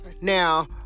now